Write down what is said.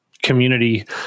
community